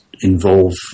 involve